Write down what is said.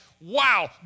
Wow